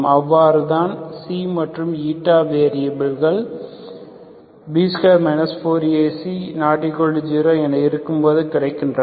இவ்வாறுதான் மற்றும் வேரியபில் கள் B2 4AC≠0 என இருக்கும்போது கிடைக்கின்றன